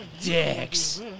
Dicks